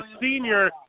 senior